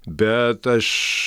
bet aš